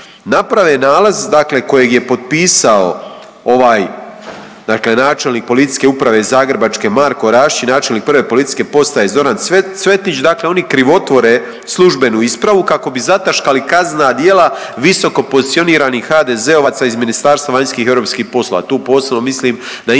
Naprave nalaz kojeg je potpisao ovaj načelnik Policijske uprave zagrebačke Marko Rašić i načelnik 1. PP Zoran Cvetić dakle oni krivotvore službenu ispravu kako bi zataškali kaznena djela visokopozicioniranih HDZ-ovaca iz MVEP-a, tu posebno mislim na